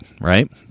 right